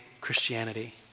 Christianity